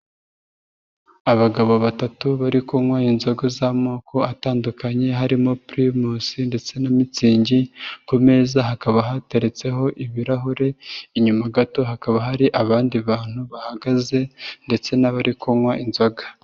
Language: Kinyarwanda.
Abagabo batatu bari kunywa inzoga z'amoko atandukanye, harimo Primus ndetse na Mutzingi, ku meza hakaba hateretseho ibirahuri, inyuma gato hakaba hari abandi bantu bahagaze ndetse n'abari kunywa inzoga.